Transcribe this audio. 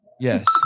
Yes